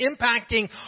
impacting